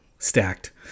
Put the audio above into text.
Stacked